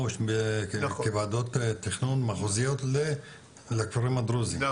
כוועדות תכנון מחוזיות לכפרים הדרוזיים,